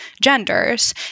genders